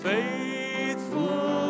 Faithful